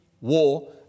war